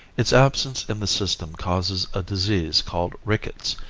its absence in the system causes a disease called rickets,